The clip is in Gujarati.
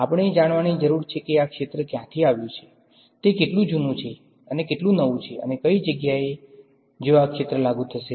આપણને જાણવાની જરૂર છે કે આ ક્ષેત્ર ક્યાંથી આવ્યુ છેતે કેટલું જૂનું છે કેટલું નવું છે અને કઈ જગ્યાઓ જ્યાં આ ક્ષેત્ર લાગુ થશે